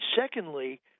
secondly